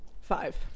Five